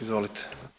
Izvolite.